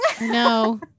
no